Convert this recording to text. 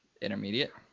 intermediate